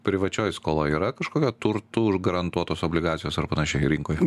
privačioj skoloj yra kažkokio turtu užgarantuotos obligacijos ar panašiai rinkoje